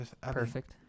Perfect